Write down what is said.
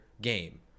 game